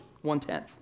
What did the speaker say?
one-tenth